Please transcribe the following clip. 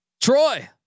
Troy